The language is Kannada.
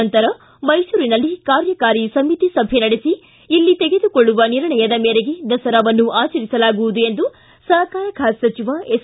ನಂತರ ಮೈಸೂರಿನಲ್ಲಿ ಕಾರ್ಯಕಾರಿ ಸಮಿತಿ ಸಭೆ ನಡೆಸಿ ಇಲ್ಲಿ ತೆಗೆದುಕೊಳ್ಳುವ ನಿರ್ಣಯದ ಮೇರೆಗೆ ದಸರಾವನ್ನು ಆಚರಿಸಲಾಗುವುದು ಎಂದು ಸಹಕಾರ ಖಾತೆ ಸಚಿವ ಎಸ್